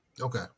Okay